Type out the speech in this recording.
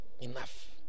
enough